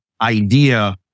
idea